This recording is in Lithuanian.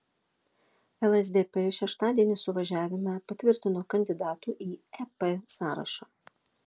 lsdp šeštadienį suvažiavime patvirtino kandidatų į ep sąrašą